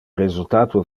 resultato